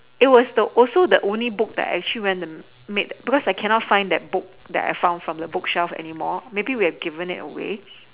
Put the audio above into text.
it was the also the only book that actually went and made it because I cannot find that book that I fun from the bookshelf anymore maybe we have given it away